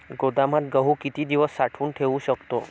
गोदामात गहू किती दिवस साठवून ठेवू शकतो?